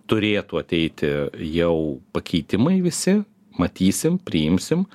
turėtų ateiti jau pakeitimai visi matysim priimsim